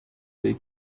they